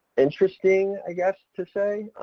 interesting i guess, to say,